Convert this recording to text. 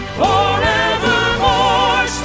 forevermore